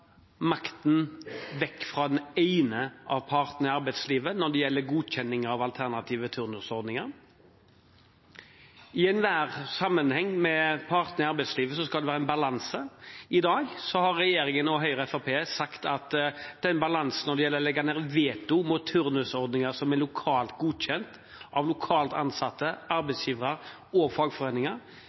makten vekk fra den ene av partene i arbeidslivet når det gjelder godkjenning av alternative turnusordninger. I en nær sammenheng med partene i arbeidslivet skal det være en balanse. Når det gjelder å legge ned veto mot turnusordninger som er lokalt godkjent av lokalt ansatte, arbeidsgivere og fagforeninger,